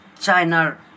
China